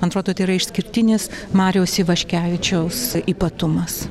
man atrodo tai yra išskirtinis mariaus ivaškevičiaus ypatumas